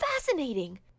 fascinating